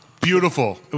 Beautiful